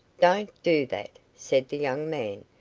don't do that, said the young man.